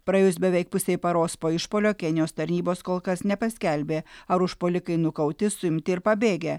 praėjus beveik pusei paros po išpuolio kenijos tarnybos kol kas nepaskelbė ar užpuolikai nukauti suimti ir pabėgę